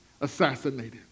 assassinated